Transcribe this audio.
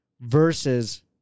versus